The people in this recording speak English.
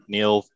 Neil